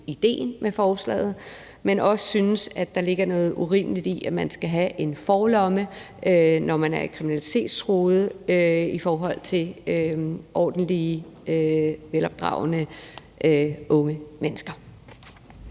idéen med forslaget, men også synes, at der ligger noget urimeligt i, at man skal have en forlomme, når man er kriminalitetstruet, i forhold til ordentlige, velopdragne unge mennesker.